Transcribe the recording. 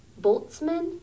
Boltzmann